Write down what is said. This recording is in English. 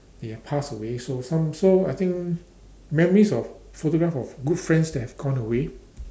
they have passed away so some so I think memories of photograph of good friends that have gone away